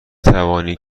توانی